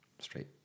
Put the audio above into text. straight